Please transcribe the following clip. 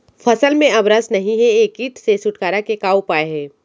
फसल में अब रस नही हे ये किट से छुटकारा के उपाय का हे?